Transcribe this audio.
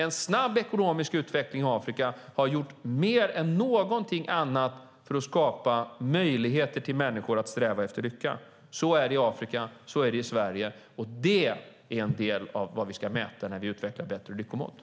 En snabb ekonomisk utveckling i Afrika har gjort mer än någonting annat för att skapa möjligheter för människor att sträva efter lycka. Så är det i Afrika, så är det i Sverige, och det är en del av vad vi ska mäta när vi utvecklar bättre lyckomått.